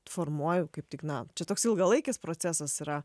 formuoju kaip tik na čia toks ilgalaikis procesas yra